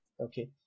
Okay